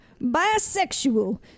bisexual